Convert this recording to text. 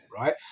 right